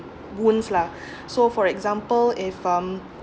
wounds lah so for example if um